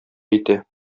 әйтә